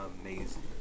amazing